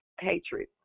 hatred